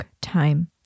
time